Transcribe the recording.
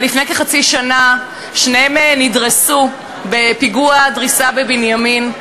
אבל לפני כחצי שנה שניהם נדרסו בפיגוע דריסה בבנימין.